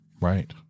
Right